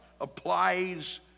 applies